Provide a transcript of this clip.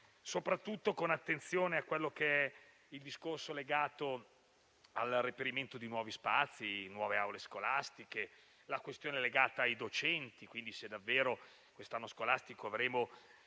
soprattutto con attenzione a quello che è il discorso legato al reperimento di nuovi spazi e di nuove aule scolastiche. Vorremmo approfondire la questione legata ai docenti e sapere se davvero quest'anno scolastico avremo